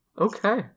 Okay